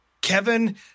Kevin